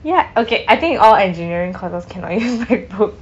ya okay I think all engineering courses cannot use macbook